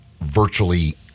virtually